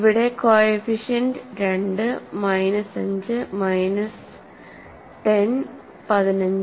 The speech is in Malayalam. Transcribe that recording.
ഇവിടെ കോഎഫിഷ്യന്റ് 2 മൈനസ് 5 മൈനസ് 10 15